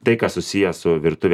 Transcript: tai kas susiję su virtuvės